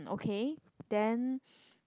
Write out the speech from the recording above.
okay then